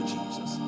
Jesus